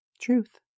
Truth